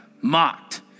mocked